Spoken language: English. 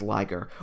Liger